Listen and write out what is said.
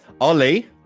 Ollie